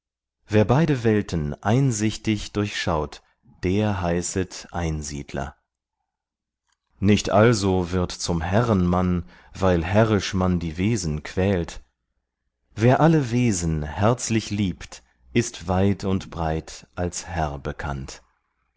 wer beide welten einsichtig durchschaut der heißet einsiedler nicht also wird zum herren man weil herrisch man die wesen quält wer alle wesen herzlich liebt ist weit und breit als herr bekannt